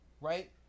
Right